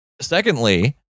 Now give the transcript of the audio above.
Secondly